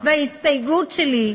וההסתייגות שלי,